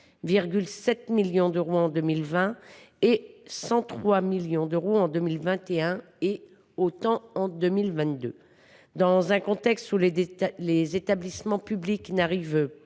millions d’euros en 2020, près de 103 millions d’euros en 2021 et autant en 2022. Dans un contexte où les établissements publics n’arrivent